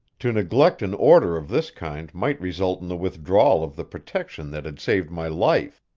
to neglect an order of this kind might result in the withdrawal of the protection that had saved my life,